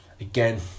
Again